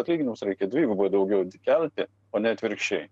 atlyginimus reikia dvigubai daugiau kelti o ne atvirkščiai